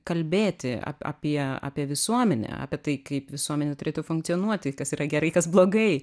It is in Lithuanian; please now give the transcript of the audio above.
kalbėti ap apie visuomenę apie tai kaip visuomenė turėtų funkcionuoti kas yra gerai kas blogai